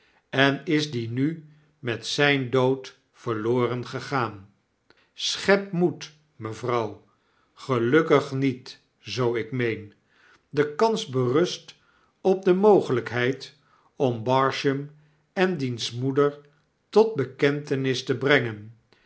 en is die nu met zyn dood verloren gegaan schep moed mevrouw gelukkig niet zoo ik meen de kans berust op de mogelijkheid om barsham en diens moeder tot bekentenis te brengen